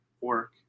work